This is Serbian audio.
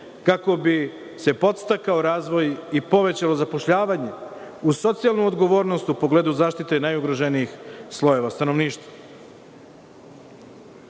kako bi se podstakao razvoj i povećalo zapošljavanje, uz socijalnu odgovornost u pogledu zaštite najugroženijih slojeva stanovništva. Dame